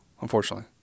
unfortunately